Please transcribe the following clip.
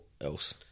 else